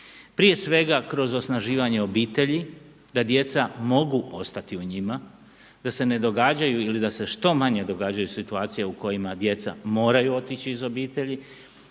Prije svega kroz osnaživanje obitelji da djeca mogu ostati u njima, da se ne događaju ili da se što manje događaju situacije u kojima djeca moraju otići iz obitelji.